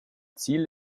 ziel